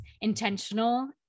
intentional